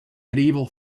medieval